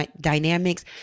dynamics